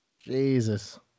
Jesus